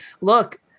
look